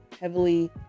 heavily